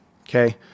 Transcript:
Okay